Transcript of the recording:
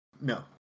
No